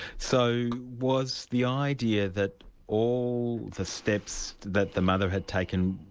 so was the idea that all the steps that the mother had taken,